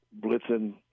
blitzing